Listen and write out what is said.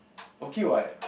okay what